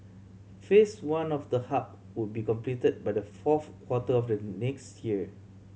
Phase One of the hub will be completed by the fourth quarter of the next year